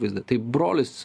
vaizdą tai brolis